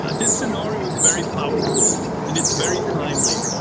ah this scenario is very powerful and it's very timely.